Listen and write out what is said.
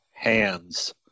hands